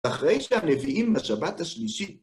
אחרי שהלווים בשבת השלישית.